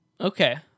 Okay